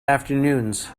afternoons